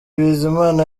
bizimana